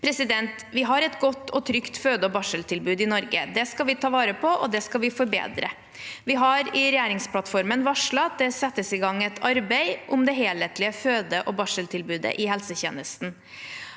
neste år. Vi har et godt og trygt føde- og barseltilbud i Norge. Det skal vi ta vare på, og det skal vi forbedre. Vi har i regjeringsplattformen varslet at det settes i gang et arbeid om det helhetlige føde- og barseltilbudet i helsetjenesten.